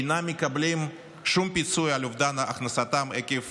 אינם מקבלים שום פיצוי על אובדן הכנסתם עקב